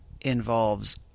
involves